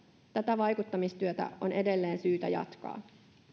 tätä vaikuttamistyötä on edelleen syytä jatkaa